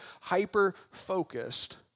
hyper-focused